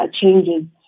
changes